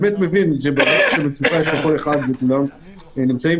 מבין את המצוקה של כל אחד ושל כולם,